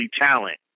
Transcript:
talent